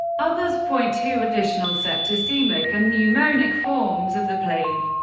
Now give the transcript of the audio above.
others point to additional septicemic and pneumonic forms of the plague,